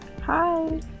Hi